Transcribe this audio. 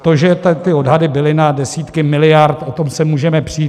To, že ty odhady byly na desítky miliard, o tom se můžeme přít.